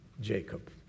Jacob